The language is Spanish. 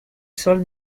sol